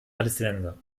palästinenser